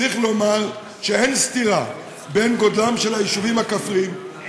צריך לומר שאין סתירה בין גודלם של היישובים הכפריים,